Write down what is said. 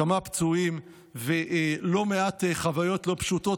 כמה פצועים ולא מעט חוויות לא פשוטות,